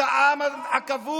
כשהוא פגש את אבו מאזן.